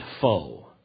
foe